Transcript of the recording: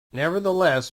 nevertheless